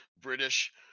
British